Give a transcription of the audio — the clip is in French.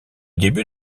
début